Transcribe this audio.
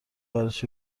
براش